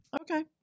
Okay